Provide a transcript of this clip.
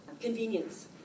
convenience